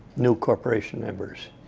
new corporation members.